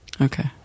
Okay